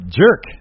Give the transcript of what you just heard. jerk